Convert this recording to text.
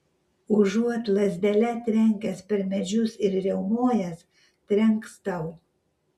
užuot lazdele trenkęs per medžius ir riaumojęs trenks tau